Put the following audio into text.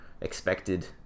expected